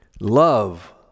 Love